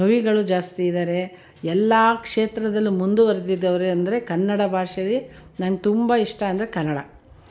ಕವಿಗಳು ಜಾಸ್ತಿ ಇದ್ದಾರೆ ಎಲ್ಲ ಕ್ಷೇತ್ರದಲ್ಲೂ ಮುಂದುವರ್ದಿದ್ದವ್ರು ಅಂದರೆ ಕನ್ನಡ ಭಾಷೆಲಿ ನಂಗೆ ತುಂಬ ಇಷ್ಟ ಅಂದರೆ ಕನ್ನಡ